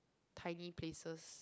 tiny places